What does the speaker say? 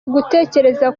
gutekereza